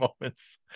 moments